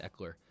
Eckler